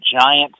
giant